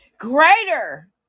Greater